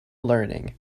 learning